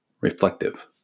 reflective